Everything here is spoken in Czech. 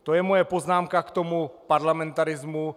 To je moje poznámka k tomu parlamentarismu.